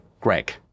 greg